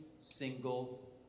single